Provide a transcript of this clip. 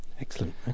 excellent